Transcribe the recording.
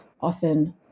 Often